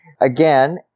again